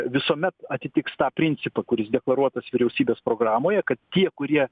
visuomet atitiks tą principą kuris deklaruotas vyriausybės programoje kad tie kurie